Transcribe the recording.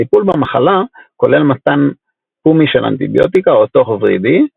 הטיפול במחלה כולל מתן פומי של אנטיביוטיקה או תוך ורידי,